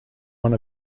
one